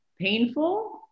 painful